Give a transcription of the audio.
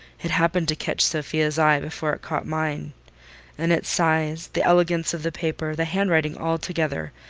it happened to catch sophia's eye before it caught mine and its size, the elegance of the paper, the hand-writing altogether,